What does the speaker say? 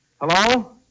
Hello